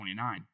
29